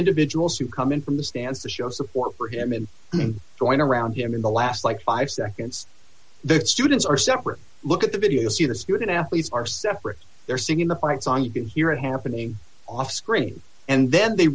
individuals who come in from the stands to show support for him and throwing around him in the last like five seconds the students are separate look at the video super student athletes are separate they're singing the fight song you can hear it happening offscreen and then they